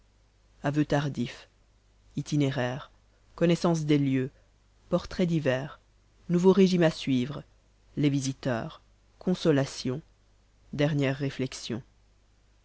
aveu tardif itinéraire connaissance des lieux portraits divers nouveau régime à suivre les visiteurs consolations dernières réflexions